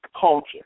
culture